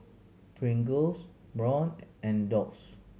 Pringles Braun and Doux